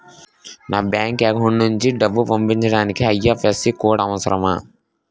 నా bank account నుంచి డబ్బు పంపించడానికి ఐ.ఎఫ్.ఎస్.సి కోడ్ అవసరమా?